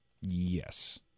Yes